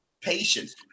patience